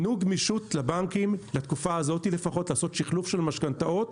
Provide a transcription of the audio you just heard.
תנו גמישות לבנקים לתקופה הזאת לפחות לעשות שחלוף של משכנתאות.